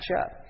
up